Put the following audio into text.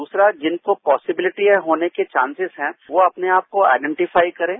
दूसरा जिनको पॉसिबिलिटी है होने के चांसेज हैं वो अपने आप को आईडेंटिफाई करें